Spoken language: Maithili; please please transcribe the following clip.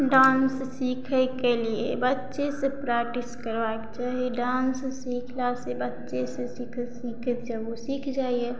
डांस सीखैके लिए बच्चे से प्रैक्टिस करबाक चाही डान्स सीखला से बच्चे से सीख सीखैत जब सीख जाइया